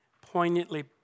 poignantly